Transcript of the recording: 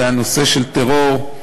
בנושא של טרור,